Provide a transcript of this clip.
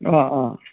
অঁ অঁ